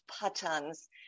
patterns